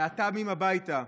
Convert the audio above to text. הביתה,